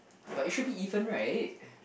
but it should be even right